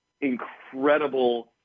incredible